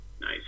nice